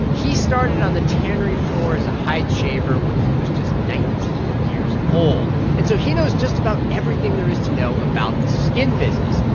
he started on the tannery floor as a hide shaver when he was just nineteen years old, and so he knows just about everything there is to know about the skin business.